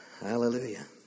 Hallelujah